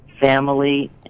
family